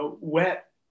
wet